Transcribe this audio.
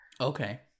Okay